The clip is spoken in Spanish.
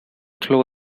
clube